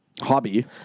hobby